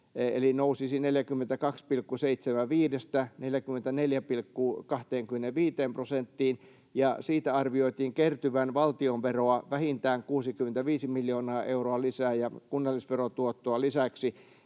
eli nousisi 42,75:stä 44,25 prosenttiin, ja siitä arvioitiin kertyvän valtionveroa vähintään 65 miljoonaa euroa lisää ja kunnallisverotuottoa lisäksi.